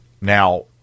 Now